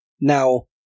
Now-